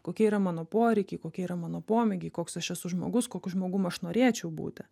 kokie yra mano poreikiai kokie yra mano pomėgiai koks aš esu žmogus kokiu žmogum aš norėčiau būti